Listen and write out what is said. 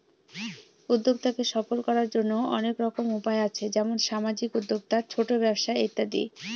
উদ্যক্তাকে সফল করার জন্য অনেক রকম উপায় আছে যেমন সামাজিক উদ্যোক্তা, ছোট ব্যবসা ইত্যাদি